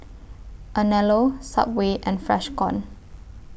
Anello Subway and Freshkon